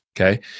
okay